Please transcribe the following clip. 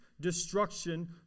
destruction